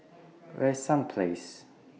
Where IS Summer Place